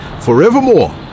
forevermore